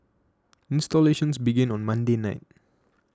installations began on Monday night